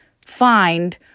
find